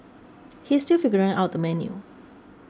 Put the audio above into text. he is still figuring out the menu